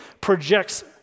projects